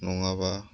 नङाब्ला